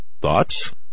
thoughts